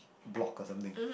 block or something